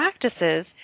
practices